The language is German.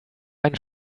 einen